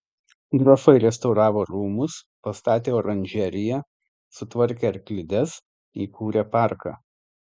grafai restauravo rūmus pastatė oranžeriją sutvarkė arklides įkūrė parką